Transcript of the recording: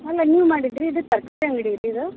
ಅಲ್ಲ ನೀವು ಮಾಡಿದ್ದಿರಿ ಇದು ತರಕಾರಿ ಅಂಗಡಿ ರೀ ಇದು